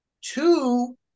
Two